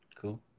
Cool